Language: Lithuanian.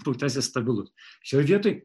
būtasis stabilus šioj vietoj